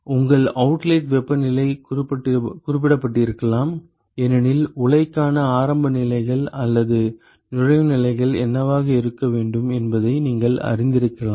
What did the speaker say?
உங்கள் அவுட்லெட் வெப்பநிலை குறிப்பிடப்பட்டிருக்கலாம் ஏனெனில் உலைக்கான ஆரம்ப நிலைகள் அல்லது நுழைவு நிலைகள் என்னவாக இருக்க வேண்டும் என்பதை நீங்கள் அறிந்திருக்கலாம்